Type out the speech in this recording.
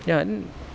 ya then